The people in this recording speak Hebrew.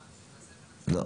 לא,